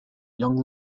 young